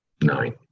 nine